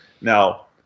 Now